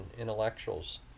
intellectuals